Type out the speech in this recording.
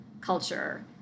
culture